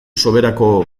soberako